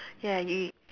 ya you